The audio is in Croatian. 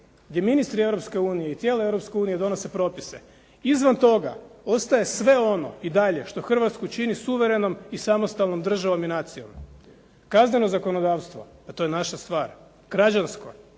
tijela Europske unije donose propise. Izvan toga ostaje sve ono i dalje što Hrvatsku čini suverenom i samostalnom državom i nacijom. Kazneno zakonodavstvo, pa to je naša stvar. Građansko,